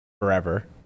forever